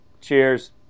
Cheers